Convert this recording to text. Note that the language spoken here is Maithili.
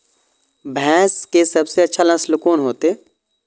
भैंस के सबसे अच्छा नस्ल कोन होते?